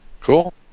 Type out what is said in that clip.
Cool